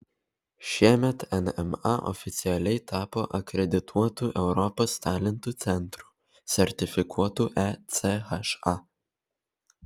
šiemet nma oficialiai tapo akredituotu europos talentų centru sertifikuotu echa